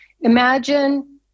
imagine